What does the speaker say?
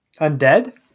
undead